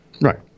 Right